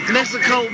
Mexico